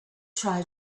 try